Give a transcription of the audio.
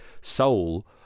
soul